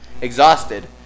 exhausted